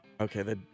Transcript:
Okay